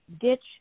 ditch